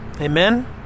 Amen